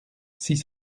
six